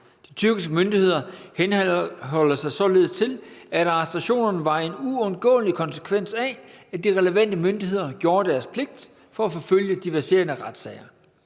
De tyrkiske myndigheder henholder sig således til, at arrestationerne var en uundgåelig konsekvens af, at de relevante myndigheder gjorde deres pligt for at forfølge de verserende retssager.